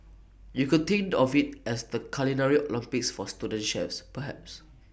you could think of IT as the culinary Olympics for student chefs perhaps